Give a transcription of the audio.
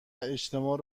اجتماع